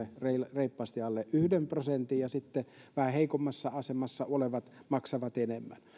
reippaasti alle yhden prosentin ja sitten vähän heikommassa asemassa olevat maksavat enemmän